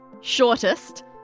shortest